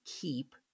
keep